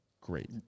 great